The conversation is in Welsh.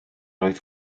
oedd